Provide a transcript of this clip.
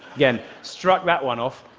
again, struck that one off.